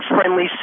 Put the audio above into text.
friendly